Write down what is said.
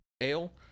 ale